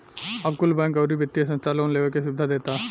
अब कुल बैंक, अउरी वित्तिय संस्था लोन लेवे के सुविधा देता